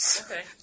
Okay